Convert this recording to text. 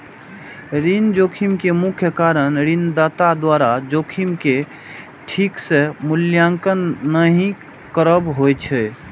ऋण जोखिम के मुख्य कारण ऋणदाता द्वारा जोखिम के ठीक सं मूल्यांकन नहि करब होइ छै